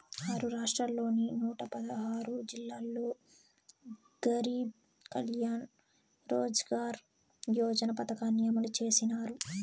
ఆరు రాష్ట్రాల్లోని నూట పదహారు జిల్లాల్లో గరీబ్ కళ్యాణ్ రోజ్గార్ యోజన పథకాన్ని అమలు చేసినారు